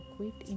Quit